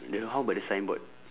the how about the signboard